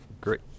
Great